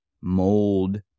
mold